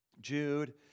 Jude